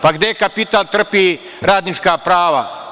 Pa gde kapital trpi radnička prava?